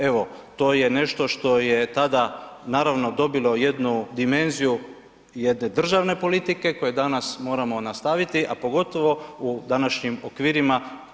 Evo, to je nešto što je tada, naravno, dobilo jednu dimenziju jedne državne politike koju danas moramo nastaviti, a pogotovo u današnjim okvirima.